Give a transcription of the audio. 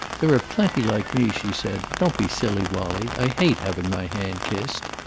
there are plenty like me, she said. don't be silly, wallie. i hate having my hand kissed.